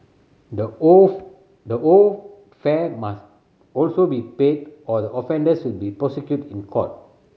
the owed the owed fare must also be paid or the offenders will be prosecuted in court